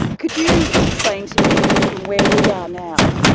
could you explain to me from where we are now,